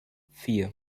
vier